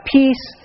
peace